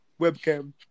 Webcam